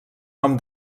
nom